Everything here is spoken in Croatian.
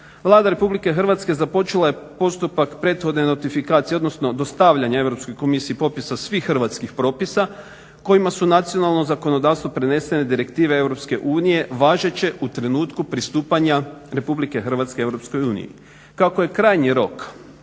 Vlada Republike Hrvatske započela je postupak prethodne notifikacije odnosno dostavljanja Europskoj komisiji popisa svih hrvatskih propisa kojima su nacionalno zakonodavstvo prenesene direktive EU važeće u trenutku pristupanja RH EU. Kako je krajnji rok